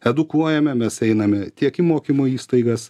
edukuojame mes einame tiek į mokymo įstaigas